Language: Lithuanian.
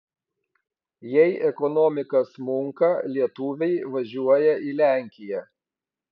jei ekonomika smunka lietuviai važiuoja į lenkiją